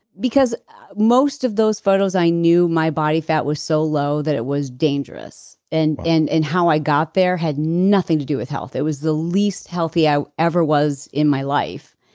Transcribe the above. because most of those photos i knew my body fat was so low that it was dangerous and and and how i got there had nothing to do with health. it was the least healthy i ever was in my life.